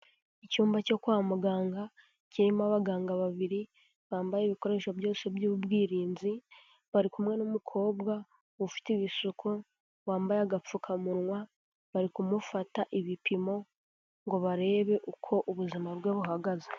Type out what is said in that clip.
Icyumba cyo kwa muganga kirimo abaganga babiri bambaye ibikoresho byose by'ubwirinzi, bari kumwe n'umukobwa ufite ibisuko, wambaye agapfukamunwa, bari kumufata ibipimo ngo barebe uko ubuzima bwe buhagaze.